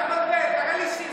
תראה לי,